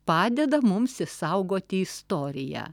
padeda mums išsaugoti istoriją